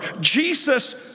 Jesus